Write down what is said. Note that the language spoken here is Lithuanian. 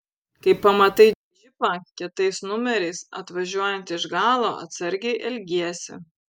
kai pamatai džipą kietais numeriais atvažiuojantį iš galo atsargiai elgiesi